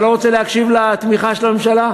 אתה לא רוצה להקשיב לתמיכה של הממשלה?